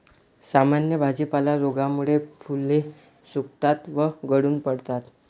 सामान्य भाजीपाला रोगामुळे फुले सुकतात व गळून पडतात